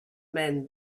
men